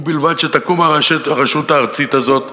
ובלבד שתקום הרשות הארצית הזאת,